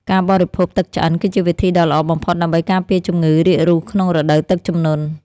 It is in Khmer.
ការបរិភោគទឹកឆ្អិនគឺជាវិធីដ៏ល្អបំផុតដើម្បីការពារជំងឺរាករូសក្នុងរដូវទឹកជំនន់។